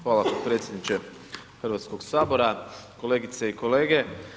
Hvala potpredsjedniče Hrvatskog sabora, kolegice i kolege.